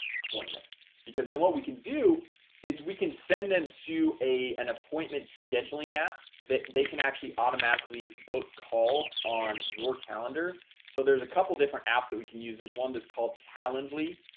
appointment because then what we can do is we can send them to a and appointment scheduling app that they can actually automatically book calls on your calendar so there's a couple different apps that we can use there's one that's called calendly.